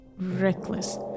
reckless